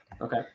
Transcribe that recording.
Okay